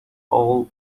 all